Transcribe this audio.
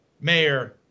mayor